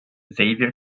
xavier